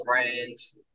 friends